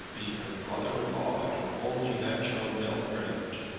being her brother-in-law and her only natural male friend.